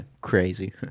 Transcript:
crazy